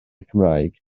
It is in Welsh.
cymraeg